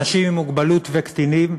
אנשים עם מוגבלות וקטינים,